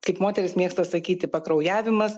kaip moterys mėgsta sakyti pakraujavimas